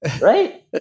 Right